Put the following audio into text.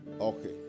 Okay